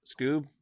Scoob